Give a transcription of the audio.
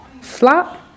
Flop